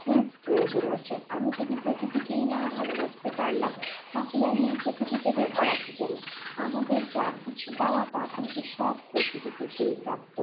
খুব প্রয়োজন আছে আমি যদি প্রকৃতিকেই না ভালোবাসতে পারলাম তাহলে আমি এই প্রকৃতিতে বেঁচে আছি কেন আমাদের যা কিছু পাওয়া তা কিন্তু সব প্রকৃতি থেকেই প্রাপ্ত